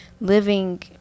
living